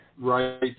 Right